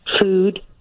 food